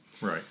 Right